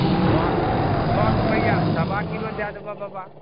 तऽ सए सए रुपैआमे साबा किलो दए देबऽ बाबा